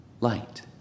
light